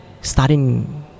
starting